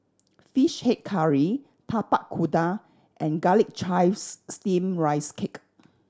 Fish Head Curry Tapak Kuda and Garlic Chives Steamed Rice Cake